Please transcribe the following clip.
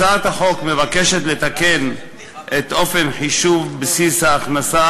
הצעת החוק מבקשת לתקן את אופן חישוב בסיס ההכנסה